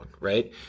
right